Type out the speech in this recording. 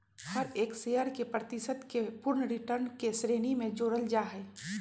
हर एक शेयर के प्रतिशत के पूर्ण रिटर्न के श्रेणी में जोडल जाहई